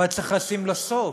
אבל צריך לשים לה סוף,